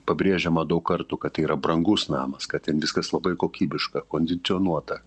pabrėžiama daug kartų kad tai yra brangus namas kad ten viskas labai kokybiška kondicionuota